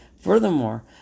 Furthermore